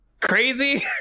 crazy